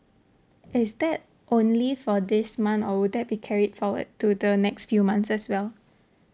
is that only for this month or would that be carried forward to the next few months as well